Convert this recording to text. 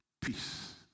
Peace